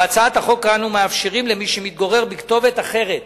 בהצעת החוק אנו מאפשרים למי שמתגורר בכתובת אחרת